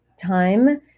time